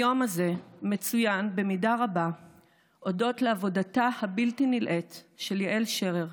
היום הזה מצוין במידה רבה הודות לעבודתה הבלתי-נלאית של יעל שרר,